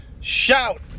Shout